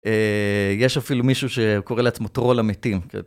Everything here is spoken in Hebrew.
יש אפילו מישהו שקורא לעצמו טרול אמיתי.